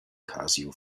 casio